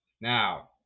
Now